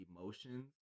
emotions